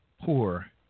poor